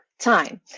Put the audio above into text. time